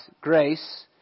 grace